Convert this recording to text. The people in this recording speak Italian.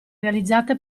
realizzate